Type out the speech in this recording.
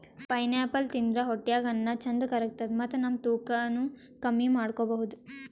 pineapple ತಿಂದ್ರ್ ಹೊಟ್ಟ್ಯಾಗ್ ಅನ್ನಾ ಚಂದ್ ಕರ್ಗತದ್ ಮತ್ತ್ ನಮ್ ತೂಕಾನೂ ಕಮ್ಮಿ ಮಾಡ್ಕೊಬಹುದ್